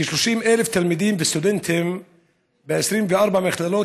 כ-30,000 תלמידים וסטודנטים ב-24 המכללות